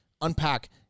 unpack